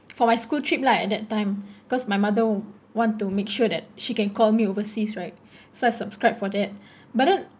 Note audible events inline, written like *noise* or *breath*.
for my school trip lah at that time cause my mother want to make sure that she can call me overseas right *breath* so I subscribe for that *breath* but then